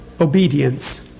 obedience